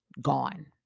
gone